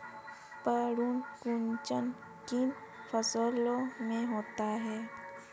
पर्ण कुंचन किन फसलों में होता है?